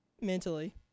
mentally